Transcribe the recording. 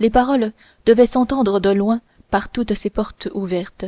les paroles devaient s'entendre de loin par toutes ces portes ouvertes